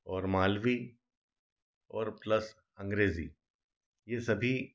और मालवी और प्लस अंग्रेजी ये सभी